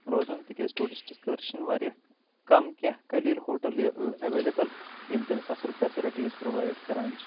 روزُن تِکیازِ ٹوٗرسٹس خٲطرٕ چھنہٕ واریاہ کم کینٛہہ قٔلیل ہوٹل ایٚویلیبٕل یِم تٔمِس اصل فیسلٹیٖز پرووایڈ کران چھِ